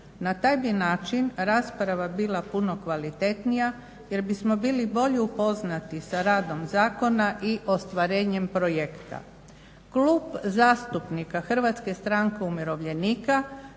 Na taj bi način rasprava bila puno kvalitetnija jer bismo bili bolje upoznati sa radom zakona i ostvarenjem projekta. Klub zastupnika HSU-a podržat će donošenje